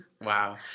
Wow